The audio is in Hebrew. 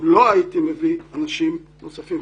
אם לא הייתי מביא אנשים נוספים,